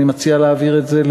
אני מציע להעביר את זה,